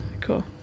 Cool